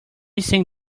sang